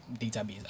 database